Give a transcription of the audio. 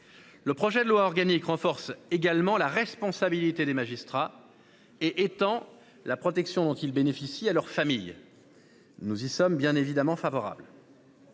Le projet de loi organique renforce également la responsabilité des magistrats et étend la protection dont ils bénéficient à leur famille. Bien entendu, nous y sommes favorables.